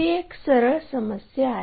ही एक सरळ समस्या आहे